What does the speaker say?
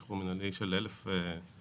שחרור מינהלי של אלף אסירים.